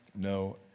no